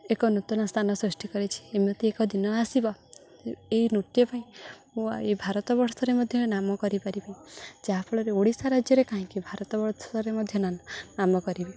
ଏକ ନୂତନ ସ୍ଥାନ ସୃଷ୍ଟି କରିଛି ଏମିତି ଏକ ଦିନ ଆସିବ ଏଇ ନୃତ୍ୟ ହିଁ ଏ ଭାରତବର୍ଷରେ ମଧ୍ୟ ନାମ କରିପାରିବ ଯାହାଫଳରେ ଓଡ଼ିଶା ରାଜ୍ୟରେ କାହିଁକି ଭାରତବର୍ଷରେ ମଧ୍ୟ ନାମ କରିବ